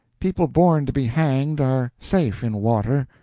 people born to be hanged are safe in water.